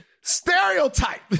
stereotype